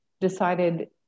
decided